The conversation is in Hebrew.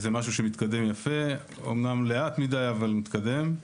זה משהו שמתקדם יפה, אמנם לאט מדי, אבל מתקדם.